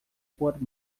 por